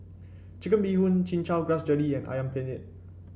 Chicken Bee Hoon Chin Chow Grass Jelly and ayam penyet